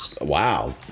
Wow